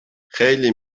خیلی